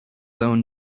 own